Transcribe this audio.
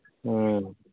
ꯎꯝ